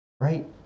Right